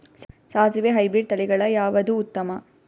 ಸಾಸಿವಿ ಹೈಬ್ರಿಡ್ ತಳಿಗಳ ಯಾವದು ಉತ್ತಮ?